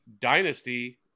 Dynasty